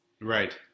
Right